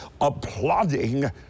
applauding